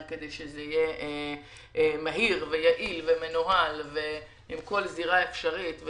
כדי שזה יהיה מהיר ויעיל ומנוהל בכל זירה אפשרית,